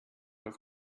auf